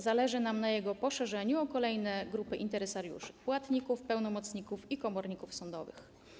Zależy nam na jego poszerzeniu o kolejne grupy interesariuszy, płatników, pełnomocników i komorników sądowych.